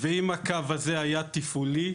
ואם הקו הזה היה תפעולי,